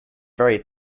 very